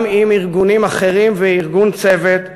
גם עם ארגונים אחרים וארגון "צוות",